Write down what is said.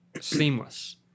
seamless